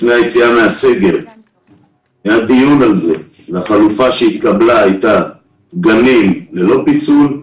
לפני היציאה מהסגר היה על זה דיון והחלופה שהתקבל הייתה גנים ללא פיצול,